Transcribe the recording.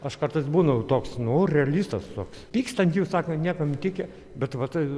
aš kartais būnu toks nu realistas toks pyksta ant jų sako niekam tikę bet vat